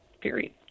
period